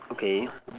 okay